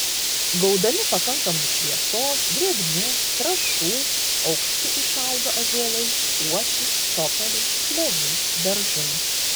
gaudami pakankamai šviesos drėgmės trąšų aukšti išauga ąžuolai uosiai topoliai klevai beržai